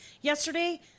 yesterday